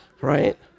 right